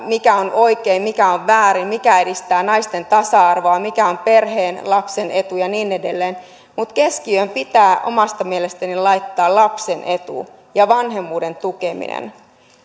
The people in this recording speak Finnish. mikä on oikein mikä on väärin mikä edistää naisten tasa arvoa mikä on perheen lapsen etu ja niin edelleen mutta keskiöön pitää omasta mielestäni laittaa lapsen etu ja vanhemmuuden tukeminen